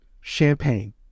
Champagne